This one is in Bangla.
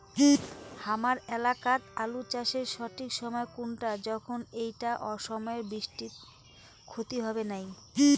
হামার এলাকাত আলু চাষের সঠিক সময় কুনটা যখন এইটা অসময়ের বৃষ্টিত ক্ষতি হবে নাই?